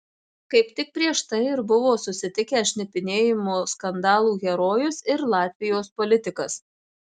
kaip tik prieš tai ir buvo susitikę šnipinėjimo skandalų herojus ir latvijos politikas